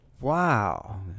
Wow